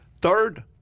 Third